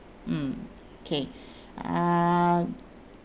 mm okay uh